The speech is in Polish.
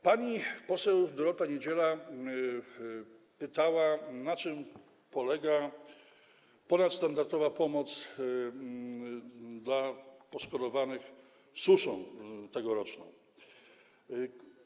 Pani poseł Dorota Niedziela pytała, na czym polega ponadstandardowa pomoc dla poszkodowanych tegoroczną suszą.